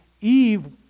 Eve